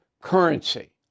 currency